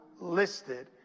listed